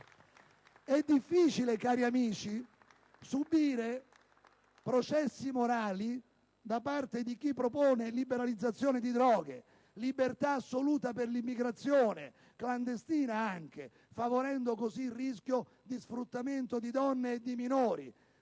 È difficile, cari amici, subire processi morali da parte di chi propone liberalizzazione di droghe e libertà assoluta per l'immigrazione (anche clandestina), favorendo così il rischio di sfruttamento di donne e di minori;